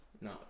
no